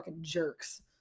jerks